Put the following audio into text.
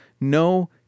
no